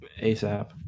ASAP